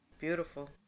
Beautiful